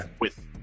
with-